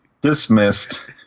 Dismissed